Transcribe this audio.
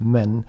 Men